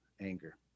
anger